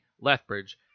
Lethbridge